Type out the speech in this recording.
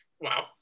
Wow